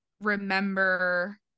remember